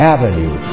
Avenue